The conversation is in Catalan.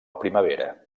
primavera